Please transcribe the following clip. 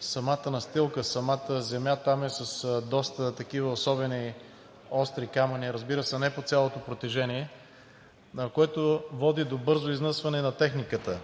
самата настилка, самата земя там е с доста особени остри камъни, разбира се, не по цялото протежение, което води до бързо износване на техниката.